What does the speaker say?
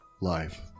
life